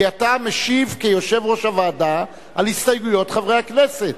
כי אתה משיב כיושב-ראש הוועדה על הסתייגויות חברי הכנסת.